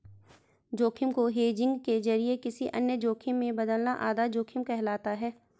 जोखिम को हेजिंग के जरिए किसी अन्य जोखिम में बदलना आधा जोखिम कहलाता है